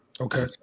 Okay